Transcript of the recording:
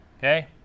Okay